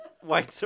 white